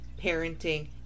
parenting